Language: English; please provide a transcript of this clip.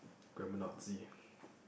grammer Nazi